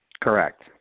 Correct